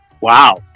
Wow